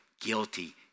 guilty